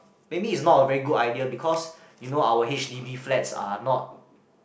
maybe is not a very good idea because you know our H_D_B flats are not